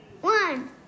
one